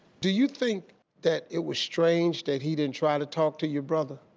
do you think that it was strange that he didn't try to talk to your brother?